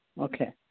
Okay